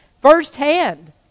firsthand